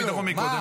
מה עשית לו?